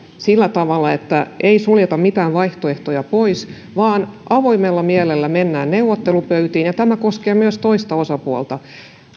sillä tavalla että ei suljeta mitään vaihtoehtoja pois vaan avoimella mielellä mennään neuvottelupöytiin ja tämä koskee myös toista osapuolta